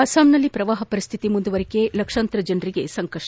ಅಸ್ಪಾಂನಲ್ಲಿ ಪ್ರವಾಹ ಪರಿಸ್ಡಿತಿ ಮುಂದುವರಿಕೆ ಲಕ್ಷಾಂತರ ಜನರಿಗೆ ಸಂಕಷ್ಪ